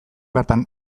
bertan